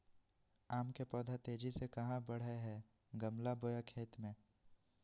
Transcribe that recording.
आम के पौधा तेजी से कहा बढ़य हैय गमला बोया खेत मे?